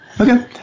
Okay